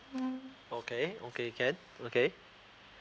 okay okay can okay